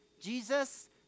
Jesus